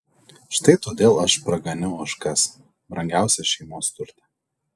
štai todėl aš praganiau ožkas brangiausią šeimos turtą